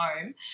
home